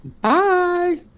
Bye